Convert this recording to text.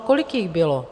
Kolik jich bylo?